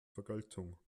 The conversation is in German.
vergeltung